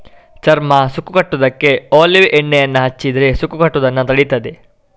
ಚರ್ಮ ಸುಕ್ಕು ಕಟ್ಟುದಕ್ಕೆ ಒಲೀವ್ ಎಣ್ಣೆಯನ್ನ ಹಚ್ಚಿದ್ರೆ ಸುಕ್ಕು ಕಟ್ಟುದನ್ನ ತಡೀತದೆ